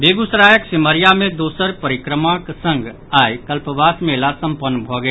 बेगूसरायक सिमरिया मे दोसर परिक्रमाक संग आइ कल्पवास मेला सम्पन्न भऽ गेल